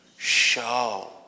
show